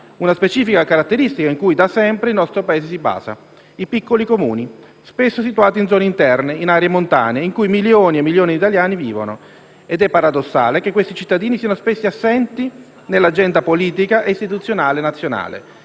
una specifica caratteristica su cui, da sempre, il nostro Paese si basa: i piccoli Comuni, spesso situati in zone interne o in aree montane, in cui milioni e milioni di italiani vivono ed è paradossale che questi cittadini siano spesso assenti nell'agenda politica e istituzionale nazionale.